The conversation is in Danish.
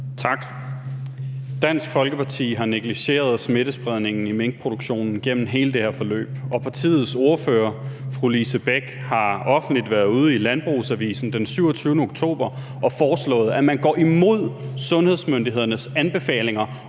Tak. Dansk Folkeparti har negligeret smittespredningen i minkproduktionen igennem hele det her forløb, og partiets ordfører, fru Lise Bech, har været ude offentligt, i LandbrugsAvisen den 27. oktober, at foreslå, at man går imod sundhedsmyndighedernes anbefalinger